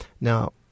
Now